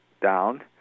down